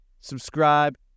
subscribe